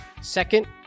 Second